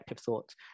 thoughts